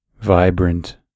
vibrant